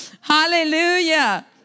hallelujah